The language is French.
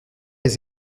les